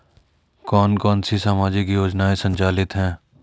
कौन कौनसी सामाजिक योजनाएँ संचालित है?